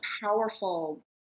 powerful